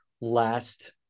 last